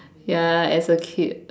ya as a kid